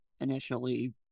initially